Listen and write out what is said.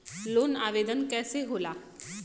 Loan आवेदन कैसे होला?